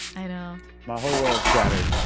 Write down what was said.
i know my whole world's shattered